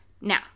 Now